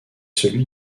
celui